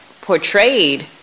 portrayed